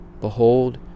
Behold